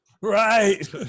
Right